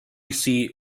seat